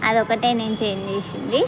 అదొక్కటే నేను చేంజ్ చేసింది